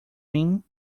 mean